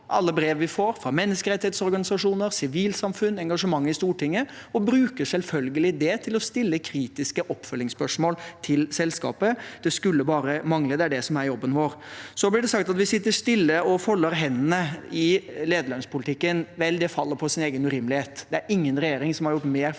alle brev vi får – fra menneskerettighetsorganisasjoner, sivilsamfunn, engasjementet i Stortinget – og bruker selvfølgelig det til å stille kritiske oppfølgingsspørsmål til selskapet. Det skulle bare mangle. Det er det som er jobben vår. Så blir det sagt at vi sitter stille og folder hendene i lederlønnspolitikken. Vel, det faller på sin egen urimelighet. Det er ingen regjering som har gjort mer